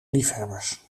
liefhebbers